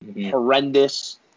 horrendous